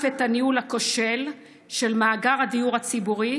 את הניהול הכושל של מאגר הדיור הציבורי,